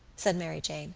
said mary jane